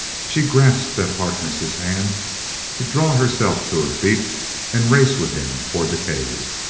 she grasped at harkness' hand to draw herself to her feet and race with him toward the cave.